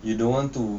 you don't want to